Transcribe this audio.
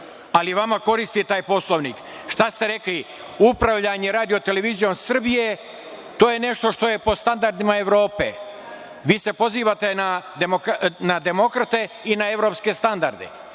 ali vama koristi taj Poslovnik. Šta ste rekli, upravljanje RTS, to je nešto što je po standardima Evrope. Vi se pozivate na demokrate i na evropske standarde. Kada